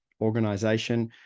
organization